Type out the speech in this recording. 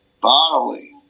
bodily